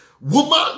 Woman